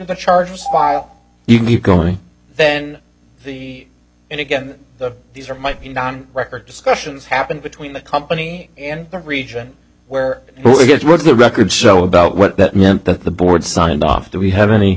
the charges file you keep going then the and again the these are might be non record discussions happened between the company and the region where really good was the record so about what that meant that the board signed off do we have any